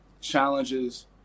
challenges